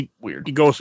weird